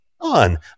on